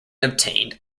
obtained